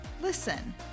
listen